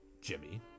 Jimmy